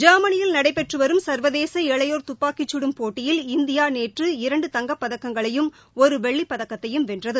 ஜெர்மனியில் நடைபெற்றுவரும் சா்வதேச இளையோர் துப்பாக்கிச்சுடும் போட்டியில் இந்தியாநேற்று இரண்டு தங்கப ்பதக்கங்களையும் ஒருவெள்ளிப்பதக்கத்தையும் வென்றது